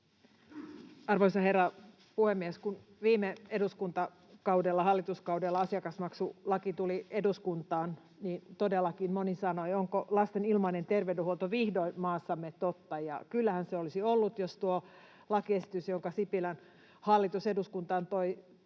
Arvoisa herra puhemies! Kun viime eduskuntakaudella, hallituskaudella, asiakasmaksulaki tuli eduskuntaan, niin todellakin moni sanoi, että onko lasten ilmainen terveydenhuolto vihdoin maassamme totta. Kyllähän se olisi ollut, jos tuo lakiesitys, jonka Sipilän hallitus eduskuntaan toi,